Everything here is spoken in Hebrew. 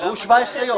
עברו 17 יום.